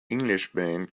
englishman